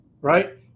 Right